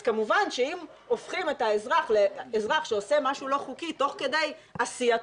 כמובן שאם הופכים את האזרח לאזרח שעושה משהו לא חוקי תוך כדי עשייתו,